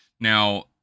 Now